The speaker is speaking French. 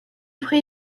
prix